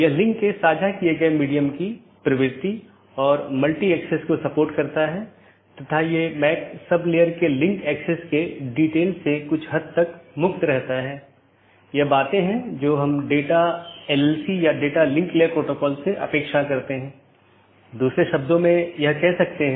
जब भी सहकर्मियों के बीच किसी विशेष समय अवधि के भीतर मेसेज प्राप्त नहीं होता है तो यह सोचता है कि सहकर्मी BGP डिवाइस जवाब नहीं दे रहा है और यह एक त्रुटि सूचना है या एक त्रुटि वाली स्थिति उत्पन्न होती है और यह सूचना सबको भेजी जाती है